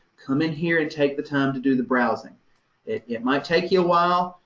come in here and take the time to do the browsing. it yeah it might take you a while,